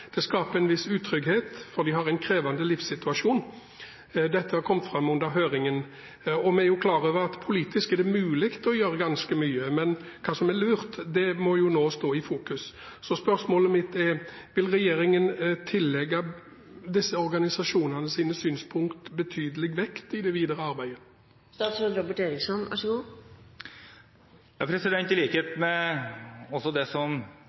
Det skaper en viss utrygghet, for de har en krevende livssituasjon. Dette kom fram under høringen. Vi er jo klar over at politisk er det mulig å gjøre ganske mye, men hva som er lurt, må nå stå i fokus. Spørsmålet mitt er: Vil regjeringen tillegge synspunktene til disse organisasjonene betydelig vekt i det videre arbeidet? I likhet med min gode kollega kommunal- og moderniseringsministeren – tidligere i